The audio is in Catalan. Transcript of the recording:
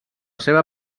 seva